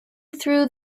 through